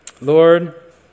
Lord